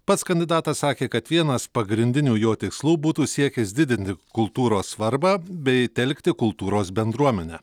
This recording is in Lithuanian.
pats kandidatas sakė kad vienas pagrindinių jo tikslų būtų siekis didinti kultūros svarbą bei telkti kultūros bendruomenę